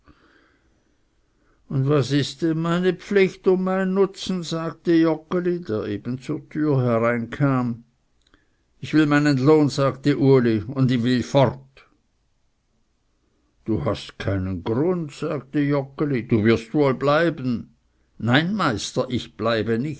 und was ist denn meine pflicht und mein nutzen sagte joggeli der eben zur türe hineinkam ich will meinen lohn sagte uli und will fort du hast keinen grund sagte joggeli du wirst wohl bleiben nein meister ich bleibe